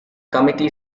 committee